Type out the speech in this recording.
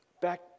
back